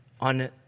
on